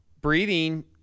Breathing